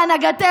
בהנהגתך,